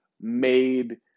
made